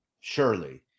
Surely